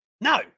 no